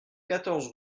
quatorze